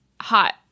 hot